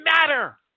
matter